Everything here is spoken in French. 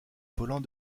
volant